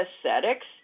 aesthetics